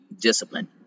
discipline